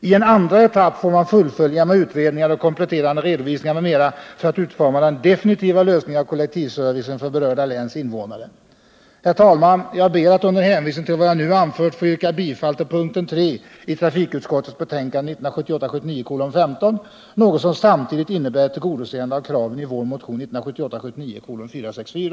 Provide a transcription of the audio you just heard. I en andra etapp får man fullfölja med utredningar, kompletterande redovisningar m.m. för att utforma den definitiva lösningen av kollektivtrafikservicen för berörda läns invånare. Herr talman! Jag ber att under hänvisning till vad jag nu anfört få yrka bifall tilltrafikutskottets hemställan, mom. 3, i betänkandet 1978 79:464.